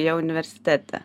jie universitete